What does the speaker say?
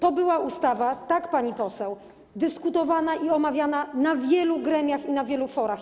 To była ustawa - tak, pani poseł - dyskutowana i omawiana w wielu gremiach i na wielu forach.